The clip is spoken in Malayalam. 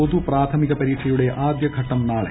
പൊതു പ്രാഥമിക പരീക്ഷയുടെ ആദൃഘട്ടം നാളെ